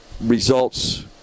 results